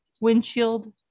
windshield